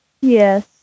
Yes